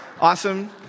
Awesome